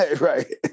Right